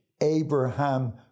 Abraham